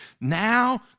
now